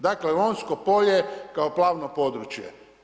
Dakle Lonjsko Polje kao plavno područje.